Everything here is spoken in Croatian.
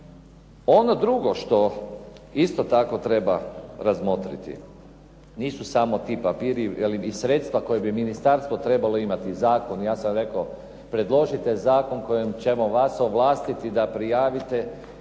Ono drugo što isto tako treba razmotriti nisu samo ti papiri, velim i sredstava koje bi ministarstvo trebalo imati, zakon, ja sam rekao predložite zakon kojim ćemo vas ovlastiti da prijavite i